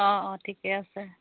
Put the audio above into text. অঁ অঁ ঠিকে আছে